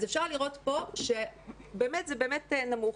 אז אפשר לראות פה שזה באמת נמוך,